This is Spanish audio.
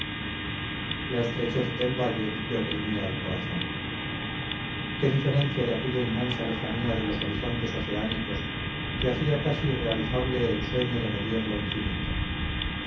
la estrechez del valle le oprimía el corazón qué diferencia de aquella inmensa lejanía de los horizontes oceánicos que hacía casi realizable el ensueño de medir lo infinito